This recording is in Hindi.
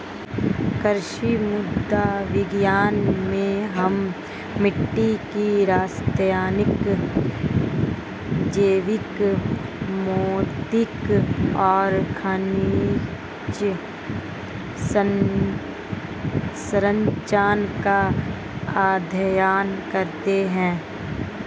कृषि मृदा विज्ञान में हम मिट्टी की रासायनिक, जैविक, भौतिक और खनिज सरंचना का अध्ययन करते हैं